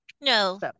No